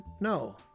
No